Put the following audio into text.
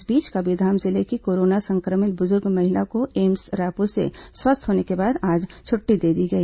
इस बीच कबीरधाम जिले की कोरोना संक्रमित बुजुर्ग महिला को एम्स रायपुर से स्वस्थ होने के बाद आज छुट्टी दे दी गई